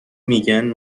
میگن